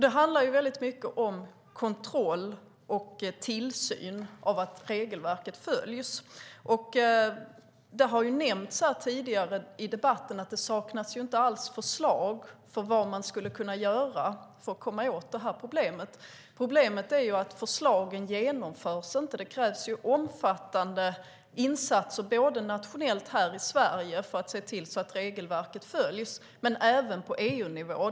Det handlar väldigt mycket om kontroll och tillsyn av att regelverket följs. Det har nämnts tidigare i debatten att det inte alls saknas förslag för vad man skulle kunna göra för att komma åt problemet. Problemet är att förslagen inte genomförs. Det krävs omfattande insatser nationellt här i Sverige för att se till att regelverket följs men även på EU-nivå.